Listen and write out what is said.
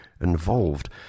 involved